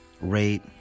rate